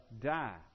die